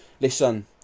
listen